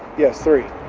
yes, three.